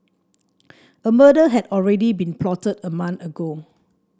a murder had already been plotted a month ago